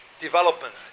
development